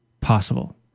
possible